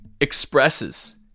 expresses